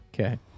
Okay